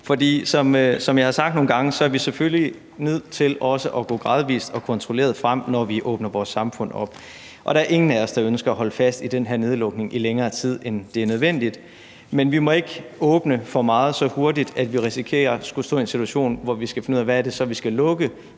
for som jeg har sagt nogle gange, er vi selvfølgelig nødt til også at gå gradvis og kontrolleret frem, når vi åbner vores samfund op. Og der er ingen af os, der ønsker at holde fast i den her nedlukning, i længere tid end det er nødvendigt. Men vi må ikke åbne for meget så hurtigt, at vi risikerer at skulle stå i en situation, hvor vi skal finde ud af, hvad det så er, vi skal lukke